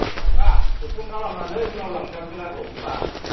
जाया होनबा पस्टपन्ट खालामनानै उनाव लांसां खेलाखौ होनबा